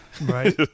Right